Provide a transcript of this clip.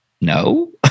no